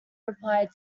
replied